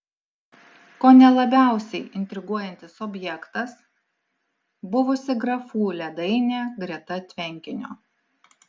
kone labiausiai intriguojantis objektas buvusi grafų ledainė greta tvenkinio